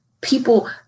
People